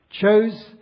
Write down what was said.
chose